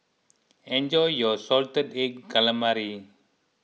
enjoy your Salted Egg Calamari